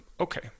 okay